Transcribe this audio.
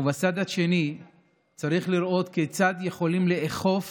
ומצד שני צריך לראות כיצד יכולים לאכוף